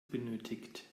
benötigt